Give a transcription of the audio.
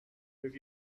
with